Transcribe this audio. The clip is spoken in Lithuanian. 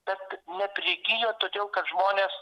bet neprigijo todėl kad žmonės